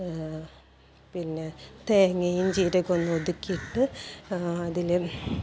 പിന്നെ തേങ്ങയും ജീരകവും ഒന്ന് ഒതുക്കി ഇട്ട് അതിൽ